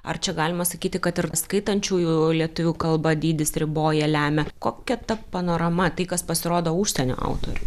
ar čia galima sakyti kad ir skaitančiųjų lietuvių kalba dydis riboja lemia kokia ta panorama tai kas pasirodo užsienio autorių